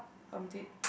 I'm dead